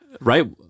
Right